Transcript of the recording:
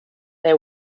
they